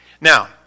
Now